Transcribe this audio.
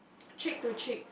cheek to cheek